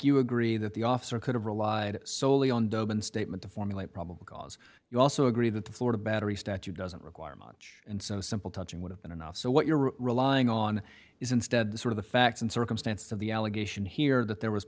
you agree that the officer could have relied solely on the statement to formulate probable cause you also agree that the florida battery statute doesn't require much and so simple touching would have been enough so what you're relying on is instead of the facts and circumstances of the allegation here that there was